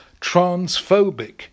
transphobic